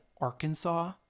Arkansas